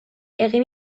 egin